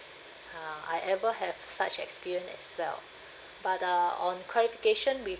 ah I ever have such experience as well but uh on qualification with